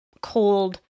cold